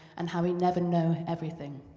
and how we never know everything.